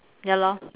ya lor